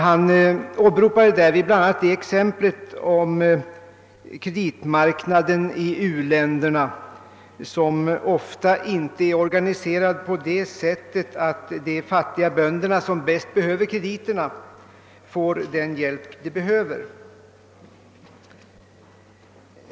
Han åberopade som exempel bl.a. kreditmarknaden i u-länderna, som ofta inte är organiserad på sådant sätt att de fattiga bönder som bäst behöver kredit får hjälp.